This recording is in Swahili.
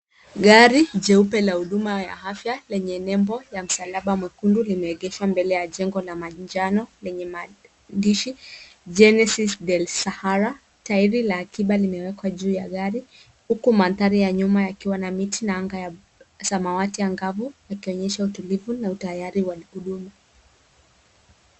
gari jeupe ya huduma ya afya lenye nembo ya msalaba mwekundu limeegeshwa mbele ya jengo la manjano lenye maandishi genesis del sahara . Tairi la akiba limewekwa juu ya gari, huku mandhari ya nyuma yakiwa na miti na anga ya samawati angavu yakionyesha utulivu wa utayari wa huduma.